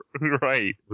Right